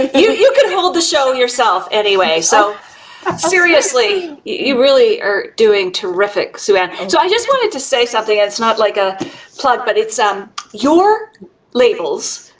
you you can hold the show yourself anyway. so seriously, you really are doing terrific, sue-ann. so i just wanted to say something. it's not like a plug but it's um your labels.